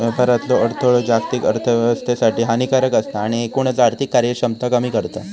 व्यापारातलो अडथळो जागतिक अर्थोव्यवस्थेसाठी हानिकारक असता आणि एकूणच आर्थिक कार्यक्षमता कमी करता